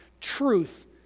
truth